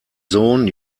sohn